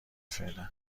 فعلا